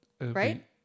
Right